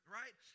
right